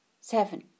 seven